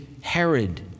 Herod